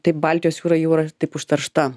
tai baltijos jūra jau yra taip užteršta